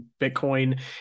Bitcoin